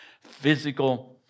physical